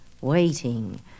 waiting